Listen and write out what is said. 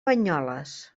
banyoles